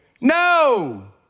no